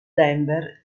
denver